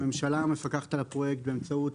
הממשלה מפקחת על הפרויקט באמצעות,